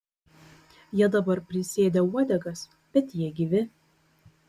jie dabar prisėdę uodegas bet jie gyvi